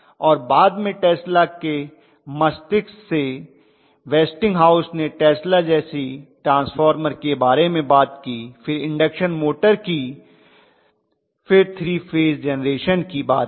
और बाद में टेस्ला के मस्तिष्क से वेस्टिंगहाउस ने टेस्ला जैसी ट्रांसफॉर्मर के बारे में बात की फिर इंडक्शन मोटर की फिर 3 फेज जेनरेशन की बात की